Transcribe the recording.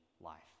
life